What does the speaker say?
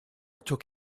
took